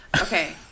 Okay